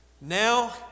Now